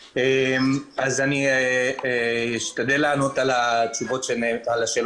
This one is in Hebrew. אז אני אשתדל לענות על כל השאלות: